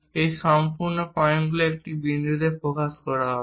এই সম্পূর্ণ পয়েন্টগুলি এক বিন্দুতে ফোকাস করা হবে